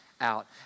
out